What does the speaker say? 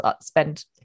spend